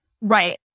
Right